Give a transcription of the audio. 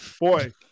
boy